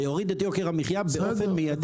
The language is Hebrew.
ויוריד את יוקר המחיה באופן מידי.